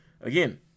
Again